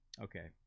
okay